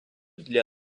для